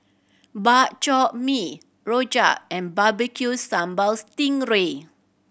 Bak Chor Mee rojak and Barbecue Sambal sting ray